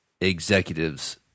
executives